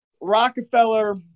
Rockefeller